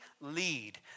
lead